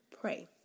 pray